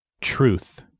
Truth